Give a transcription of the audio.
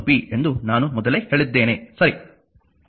1 b ಎಂದು ನಾನು ಮೊದಲೇ ಹೇಳಿದ್ದೇನೆ ಸರಿ